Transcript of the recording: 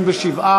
27,